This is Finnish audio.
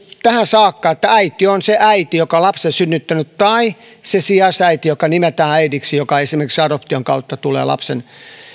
tähän saakka että äiti on se äiti joka on lapsen synnyttänyt tai se sijaisäiti joka nimetään äidiksi joka esimerkiksi adoption kautta tulee lapsen